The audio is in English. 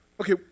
Okay